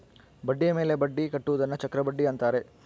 ಬಡ್ಡಿಯ ಮೇಲೆ ಬಡ್ಡಿ ಕಟ್ಟುವುದನ್ನ ಚಕ್ರಬಡ್ಡಿ ಅಂತಾರೆ